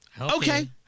Okay